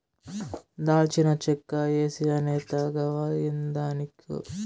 దాల్చిన చెక్క ఏసీ అనే తాగవా ఏందానిక్కు